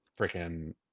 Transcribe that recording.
freaking